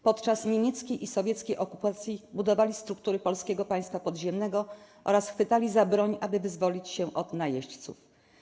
Podczas niemieckiej i sowieckiej okupacji budowali struktury Polskiego Państwa Podziemnego oraz chwytali za broń, aby wyzwolić się od najeźdźców.